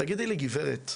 תגידי לי גברת,